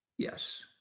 Yes